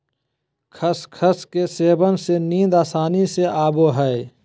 खसखस के सेवन से नींद आसानी से आवय हइ